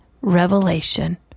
revelation